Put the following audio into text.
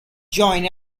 join